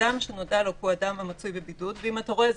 אדם שנודע לו כי הוא אדם המצוי בבידוד)" ואם אתה רואה,